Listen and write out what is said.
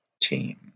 team